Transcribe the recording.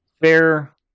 fair